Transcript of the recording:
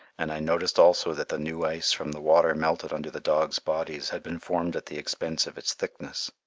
and i noticed also that the new ice from the water melted under the dogs' bodies had been formed at the expense of its thickness.